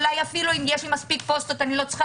אולי אפילו אם יש מספיק פוסטות אני לא צריכה